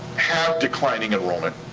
have declining enrollment,